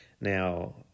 Now